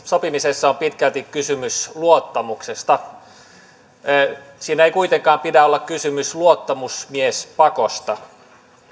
sopimisessa on pitkälti kysymys luottamuksesta siinä ei kuitenkaan pidä olla kysymys luottamusmiespakosta